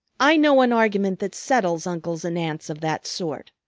i know an argument that settles uncles and aunts of that sort.